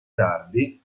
tardi